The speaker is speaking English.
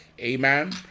Amen